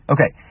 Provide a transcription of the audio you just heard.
Okay